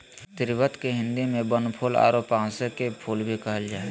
स्रीवत के हिंदी में बनफूल आरो पांसे के फुल भी कहल जा हइ